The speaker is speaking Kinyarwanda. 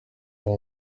ubu